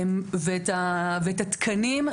ואת התקנים,